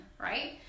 right